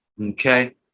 okay